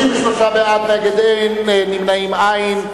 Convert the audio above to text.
33 בעד, נגד, אין, נמנעים, אין.